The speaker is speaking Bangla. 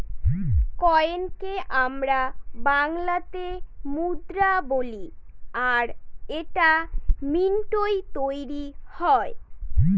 কয়েনকে আমরা বাংলাতে মুদ্রা বলি আর এটা মিন্টৈ তৈরী হয়